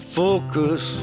focus